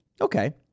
Okay